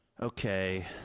Okay